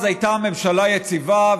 אז הייתה ממשלה יציבה,